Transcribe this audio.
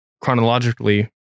chronologically